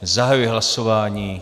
Zahajuji hlasování.